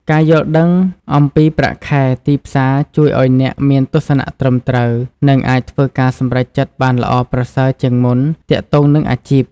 ការយល់ដឹងអំពីប្រាក់ខែទីផ្សារជួយឲ្យអ្នកមានទស្សនៈត្រឹមត្រូវ និងអាចធ្វើការសម្រេចចិត្តបានល្អប្រសើរជាងមុនទាក់ទងនឹងអាជីព។